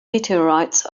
meteorites